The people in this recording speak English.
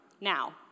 now